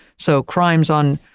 so, crimes on,